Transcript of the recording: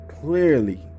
clearly